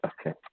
Okay